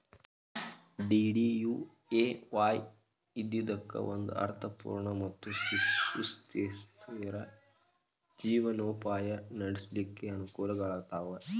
DDUAY ಇದ್ದಿದ್ದಕ್ಕ ಒಂದ ಅರ್ಥ ಪೂರ್ಣ ಮತ್ತ ಸುಸ್ಥಿರ ಜೇವನೊಪಾಯ ನಡ್ಸ್ಲಿಕ್ಕೆ ಅನಕೂಲಗಳಾಗ್ತಾವ